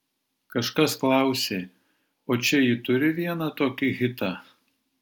kažkas klausė o čia ji turi vieną tokį hitą